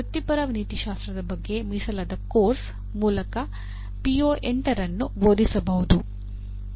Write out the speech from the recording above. ವೃತ್ತಿಪರ ನೀತಿಶಾಸ್ತ್ರದ ಬಗ್ಗೆ ಮೀಸಲಾದ ಕೋರ್ಸ್ ಮೂಲಕ ಪಿಒ 8 ಅನ್ನು ಬೋಧಿಸಬಹುದು